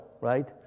right